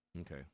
okay